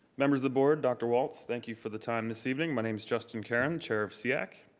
members of the board, dr. walt, thank you for the time this evening. my name is justin caron, chair of seac.